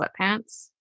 sweatpants